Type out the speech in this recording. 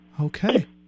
Okay